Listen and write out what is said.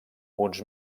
uns